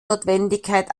notwendigkeit